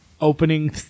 opening